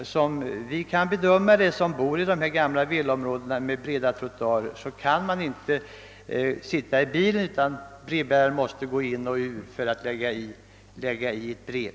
Vi som bor i de gamla villaområdena med breda trottoarer bedömer det så att man inte kan sitta i en bil utan brevbäraren måste gå ur bilen för att lägga i ett brev.